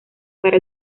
para